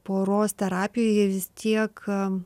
poros terapijoj jie vis tiek